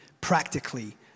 practically